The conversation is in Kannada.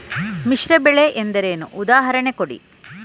ಮಿಶ್ರ ಬೆಳೆ ಎಂದರೇನು, ಉದಾಹರಣೆ ಕೊಡಿ?